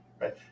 right